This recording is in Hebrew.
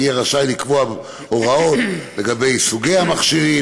יהיה רשאי לקבוע הוראות לגבי סוגי המכשירים